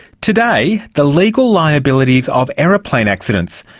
today, the legal liabilities of aeroplane accidents.